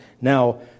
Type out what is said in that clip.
Now